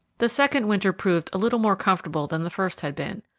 the second winter proved a little more comfortable than the first had been.